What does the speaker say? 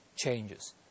changes